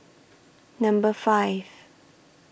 Number five